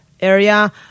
area